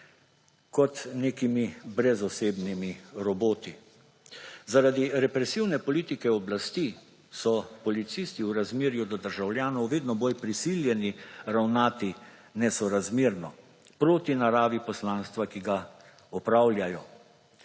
kot nekimi brezosebnimi roboti. Zaradi represivne politike oblasti so policisti v razmerju do državljanov vedno bolj prisiljeni ravnati nesorazmerno proti naravi poslanstva, ki ga opravljajo.